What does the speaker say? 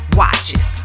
watches